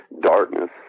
darkness